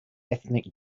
ethnic